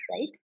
right